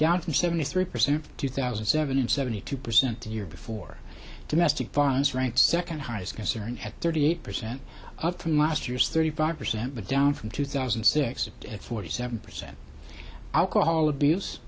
down from seventy three percent two thousand and seven in seventy two percent the year before domestic violence ranked second highest concern at thirty eight percent up from last year's thirty five percent down from two thousand and six at forty seven percent alcohol abuse